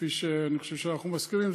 כפי שאני חושב שאנחנו מסכימים,